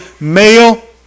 male